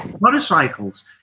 motorcycles